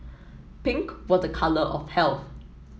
pink was a colour of health